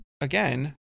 again